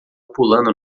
pulando